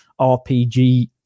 RPG